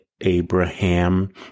Abraham